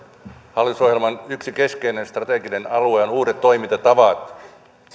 hallitusohjelman yksi keskeinen strateginen alue on uudet toimintatavat